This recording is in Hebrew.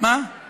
יש לך רוב.